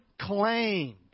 claims